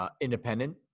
Independent